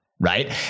Right